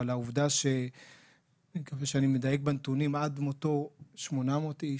אבל העובדה ש-אני מקווה שאני מדייק בנתונים עד מותו 800 איש,